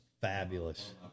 fabulous